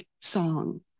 song